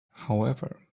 however